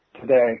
today